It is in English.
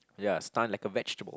ya stun like a vegetable